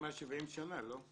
התקיימה 70 שנה, לא?